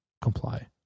comply